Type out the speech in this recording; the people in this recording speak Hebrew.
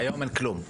היום אין כלום.